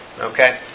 Okay